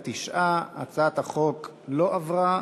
49. הצעת החוק לא עברה.